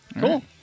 cool